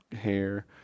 hair